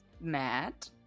Matt